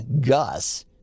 Gus